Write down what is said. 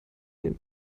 den